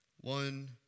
One